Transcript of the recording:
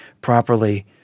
properly